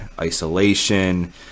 isolation